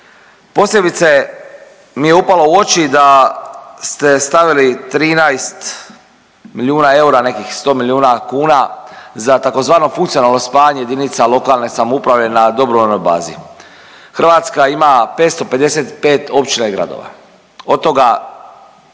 Posebice mi je upalo u oči da ste stavili 13 milijuna eura, nekih 100 milijuna kuna za tzv. funkcionalno spajanje jedinica lokalne samouprave na dobrovoljnoj bazi. Hrvatska ima 555 općina i gradova. Od toga